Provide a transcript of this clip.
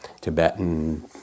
Tibetan